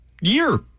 year